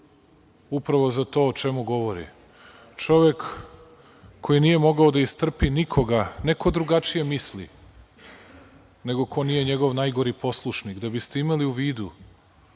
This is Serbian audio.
upravo za to o čemu govori. Čovek koji nije mogao da istrpi nikoga, ne ko drugačije misli, nego ko nije njegov najgori poslušnik. Da biste imali u vidu,